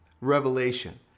revelation